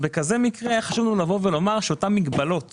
במקרה כזה, לומר שאותן מגבלות